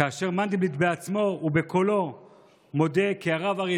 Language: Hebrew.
כאשר מנדלבליט בעצמו ובקולו מודה כי הרב אריה